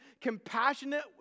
compassionate